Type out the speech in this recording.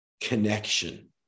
connection